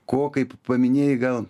ko kaip paminėjai gal